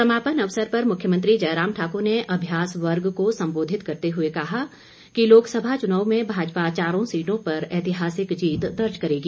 समापन अवसर पर मुख्यमंत्री जयराम ठाकुर ने अभ्यास वर्ग को संबोधित करते हुए कहा कि लोकसभा चुनाव में भाजपा चारों सीटों पर ऐतिहासित जीत दर्ज करेगी